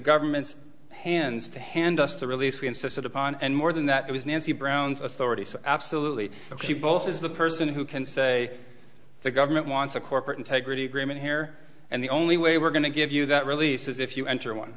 government's hands to hand us the release we insisted upon and more than that it was nancy brown's authority so absolutely she both is the person who can say the government wants a corporate integrity agreement here and the only way we're going to give you that releases if you enter one